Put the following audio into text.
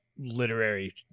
literary